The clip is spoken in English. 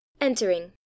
Entering